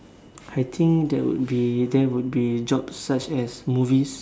I think there would be there would be jobs such as movies